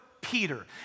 peter